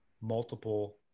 multiple